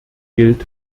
gilt